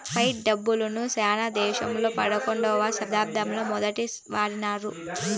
fight డబ్బును సైనా దేశంలో పదకొండవ శతాబ్దంలో మొదటి వాడినారు